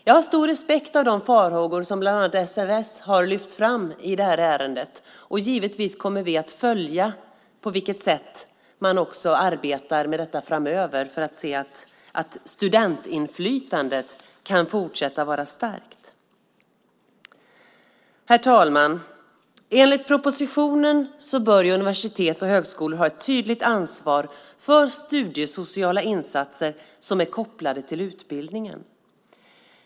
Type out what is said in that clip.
Jag har stor respekt för de farhågor som bland annat SFS har lyft fram i det här ärendet. Givetvis kommer vi att följa på vilket sätt man arbetar med detta framöver för att se att studentinflytandet kan fortsätta att vara starkt. Herr talman! Enligt propositionen bör universitet och högskolor ha ett tydligt ansvar för studiesociala insatser som är kopplade till utbildningen.